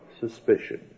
suspicion